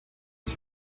des